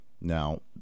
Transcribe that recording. Now